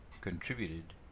contributed